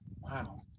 Wow